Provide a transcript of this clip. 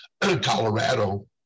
Colorado